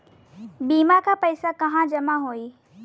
बीमा क पैसा कहाँ जमा होई?